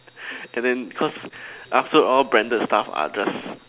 as in cause after all branded stuff are just